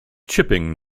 chipping